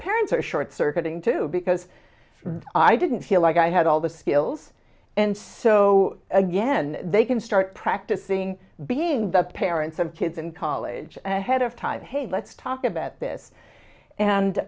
parents are short circuiting too because i didn't feel like i had all the skills and so again they can start practicing being the parents of kids and college and ahead of time hey let's talk about this and